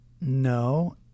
No